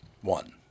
One